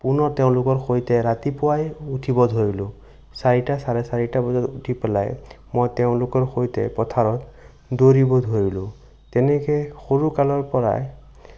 পুনৰ তেওঁলোকৰ সৈতে ৰাতিপুৱাই উঠিব ধৰিলোঁ চাৰিটা চাৰে চাৰিটা বজাত উঠি পেলাই মই তেওঁলোকৰ সৈতে পথাৰত দৌৰিব ধৰিলোঁ তেনেকৈ সৰু কালৰ পৰাই